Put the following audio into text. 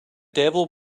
devil